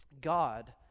God